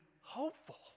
hopeful